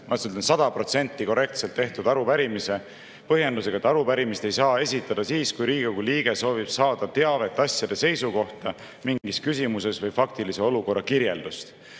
sada protsenti korrektselt tehtud arupärimise, põhjendusega, et arupärimist ei saa esitada siis, kui Riigikogu liige soovib saada teavet asjade seisu kohta mingis küsimuses või faktilise olukorra kirjeldust.